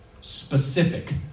specific